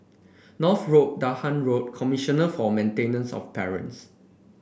North Road Dahan Road Commissioner for Maintenance of Parents